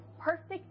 perfect